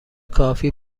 کافی